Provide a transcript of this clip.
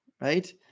right